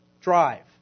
drive